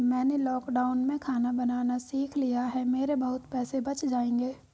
मैंने लॉकडाउन में खाना बनाना सीख लिया है, मेरे बहुत पैसे बच जाएंगे